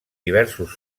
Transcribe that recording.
diversos